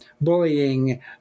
bullying